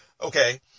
okay